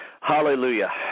Hallelujah